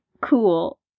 cool